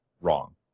wrong